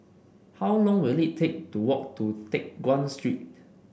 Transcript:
how long will it take to walk to Teck Guan Street